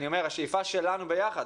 השאיפה שלנו ביחד,